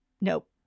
Nope